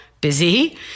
busy